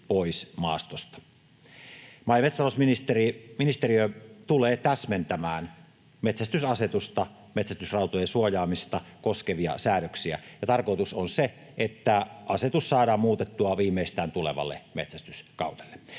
pois maastosta. Maa- ja metsätalousministeriö tulee täsmentämään metsästysasetusta, metsästysrautojen suojaamista koskevia säädöksiä, ja tarkoitus on se, että asetus saadaan muutettua viimeistään tulevalle metsästyskaudelle.